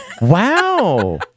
Wow